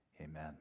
Amen